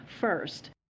first